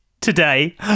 today